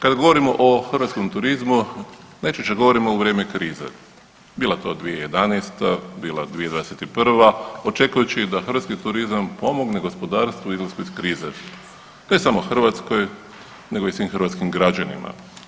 Kada govorimo o hrvatskom turizmu najčešće govorimo u vrijeme krize, bila to 2011., bila 2021. očekujući da hrvatski turizam pomogne gospodarstvu izlasku iz krize, ne samo i Hrvatskoj nego i svim hrvatskim građanima.